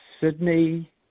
Sydney